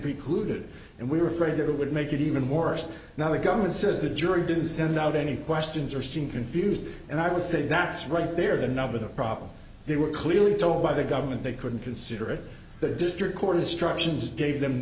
precluded and we were afraid it would make it even more now the government says the jury didn't send out any questions or seemed confused and i would say that's right they're the nub of the problem they were clearly told by the government they couldn't consider it the district court destruction's gave them